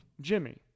Jimmy